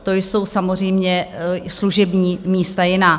To jsou samozřejmě služební místa jiná.